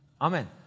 Amen